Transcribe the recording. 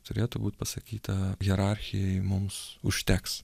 turėtų būt pasakyta hierarchijoj mums užteks